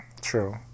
true